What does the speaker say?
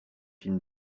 film